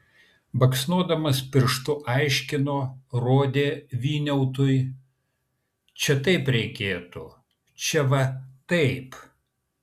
baksnodamas pirštu aiškino rodė vyniautui čia taip reikėtų čia va taip